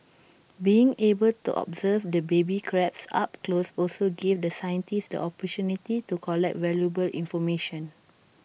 being able to observe the baby crabs up close also gave the scientists the opportunity to collect valuable information